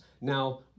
Now